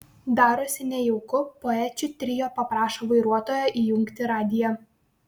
darosi nejauku poečių trio paprašo vairuotojo įjungti radiją